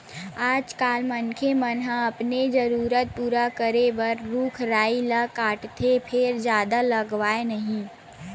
आजकाल मनखे मन ह अपने जरूरत पूरा करे बर रूख राई ल काटथे फेर जादा लगावय नहि